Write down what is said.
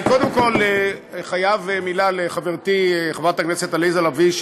אני קודם כול חייב מילה לחברתי חברת הכנסת עליזה לביא,